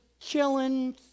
chilling